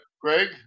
Greg